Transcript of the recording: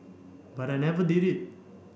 but I never did it